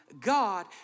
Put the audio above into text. God